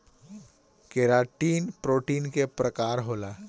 keratin protein के प्रकार होला